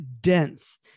dense